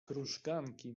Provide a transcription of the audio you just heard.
krużganki